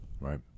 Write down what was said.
Right